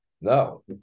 No